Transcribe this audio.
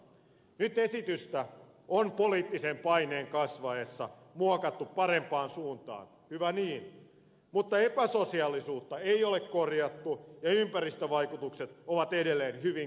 nyt esitystä on poliittisen paineen kasvaessa muokattu parempaan suuntaan hyvä niin mutta epäsosiaalisuutta ei ole korjattu ja ympäristövaikutukset ovat edelleen hyvin kyseenalaisia